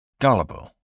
Gullible